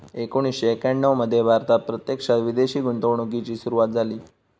एकोणीसशे एक्याण्णव मध्ये भारतात प्रत्यक्षात विदेशी गुंतवणूकीची सुरूवात झाली